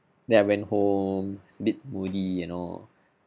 then I went home it's a bit moody you know